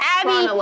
Abby